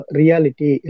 reality